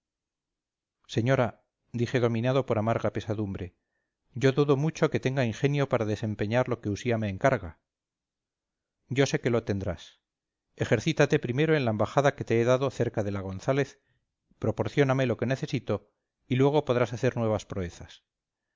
señora dije dominado por amarga pesadumbre yo dudo mucho que tenga ingenio para desempeñar lo que usía me encarga yo sé que lo tendrás ejercítate primero en la embajada que te he dado cerca de la gonzález proporcióname lo que necesito y luego podrás hacer nuevas proezas